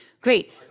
Great